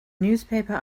newspaper